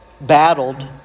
battled